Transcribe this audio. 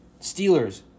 Steelers